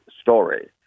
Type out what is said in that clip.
story